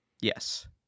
Yes